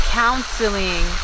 counseling